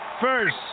first